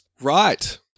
Right